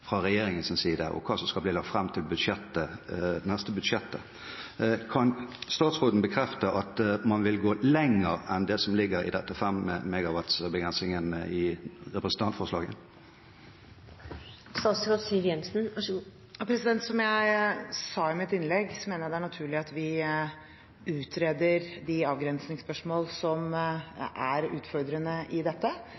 fra gjennomgangen fra regjeringens side, og hva som skal bli lagt fram i det neste budsjettet. Kan statsråden bekrefte at man vil gå lenger enn det som ligger i denne 5 MW-begrensningen i representantforslaget? Som jeg sa i mitt innlegg, mener jeg det er naturlig at vi utreder de avgrensningsspørsmål som er utfordrende i dette.